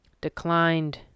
declined